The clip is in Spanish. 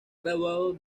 graduado